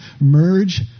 merge